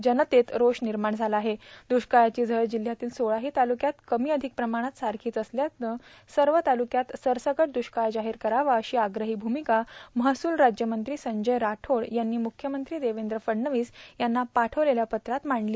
त्यामुळे वगळलेल्या तालुक्यातील जनतेत रोष निर्माण झाला आहेण् दुष्काळाची झळ जिल्ह्यातील सोळाही तालुक्यांत कमी अधिक प्रमाणात सारखीच असल्याने सर्वच तालुक्यांत सरसकट दुष्काळ जाहीर करावा अशी आग्रही भूमिका महसूल राज्यमंत्री संजय राठोड यांनी मुख्यमंत्री देवेंद्र फडणवीस यांना पाठविलेल्या पत्रात मांडली